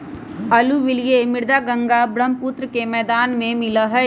alluvial मृदा गंगा बर्ह्म्पुत्र के मैदान में मिला हई